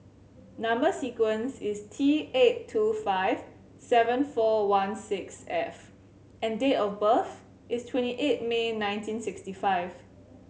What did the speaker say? number sequence is T eight two five seven four one six F and date of birth is twenty eight May nineteen sixty five